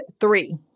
three